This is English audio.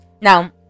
Now